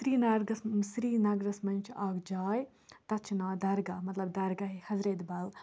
سرینرگَس سرینگرَس منٛز چھِ اَکھ جاے تَتھ چھِ ناو درگاہ مطلب درگاہِ حضرت بل